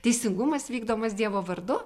teisingumas vykdomas dievo vardu